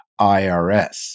IRS